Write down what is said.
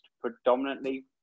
predominantly